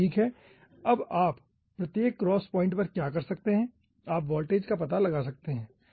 अब आप प्रत्येक क्रॉस पॉइंट पर क्या कर सकते हैं आप वोल्टेज का पता लगा सकते हैं